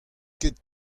ket